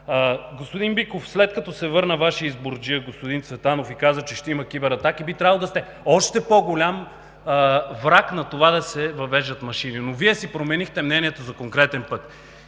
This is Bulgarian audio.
Господин Биков, след като се върна Вашият изборджия господин Цветанов и каза, че ще има кибератаки, би трябвало да сте още по-голям враг на това да се въвеждат машини, но Вие за пореден път си променихте